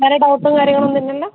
വേറെ ഡൗട്ടും കാര്യങ്ങളും ഒന്നും ഇല്ലല്ലോ